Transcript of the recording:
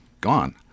gone